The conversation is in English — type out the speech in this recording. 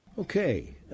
Okay